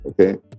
okay